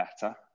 better